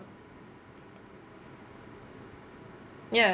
yeah